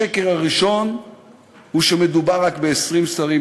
השקר הראשון הוא שמדובר רק ב-20 שרים.